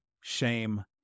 shame